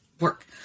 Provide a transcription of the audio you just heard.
work